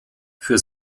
für